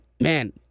man